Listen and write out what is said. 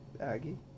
Aggie